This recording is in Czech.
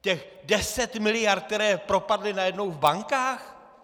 Těch deset miliard, které propadly najednou v bankách?